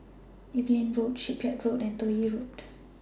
Evelyn Road Shipyard Road and Toh Yi Road